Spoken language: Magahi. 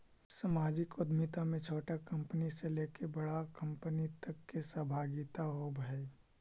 सामाजिक उद्यमिता में छोटा कंपनी से लेके बड़ा कंपनी तक के सहभागिता होवऽ हई